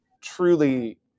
truly